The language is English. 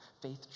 Faith